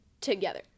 together